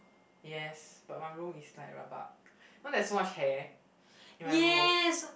yes but my room is like rabak you know there's so much hair in my room